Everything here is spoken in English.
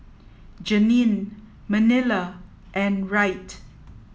Janine Manilla and Wright